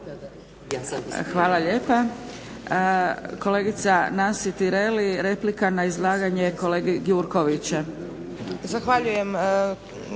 Dragica (SDP)** Kolegica Nansi Tireli. Replika na izlaganje kolege Gjurkovića.